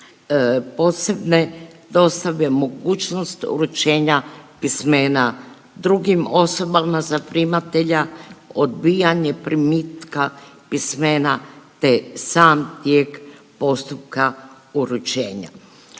posebne dostave, mogućnost uručenja pismena drugim osobama za primatelja, odbijanje primitka pismena te sam tijek postupka uručenja.